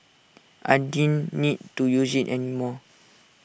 I didn't need to use IT anymore